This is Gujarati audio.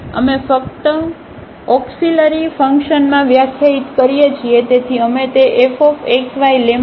અને અમે ફક્ત ઓક્સીલરી ફંકશનમાં વ્યાખ્યાયિત કરીએ છીએ